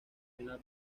final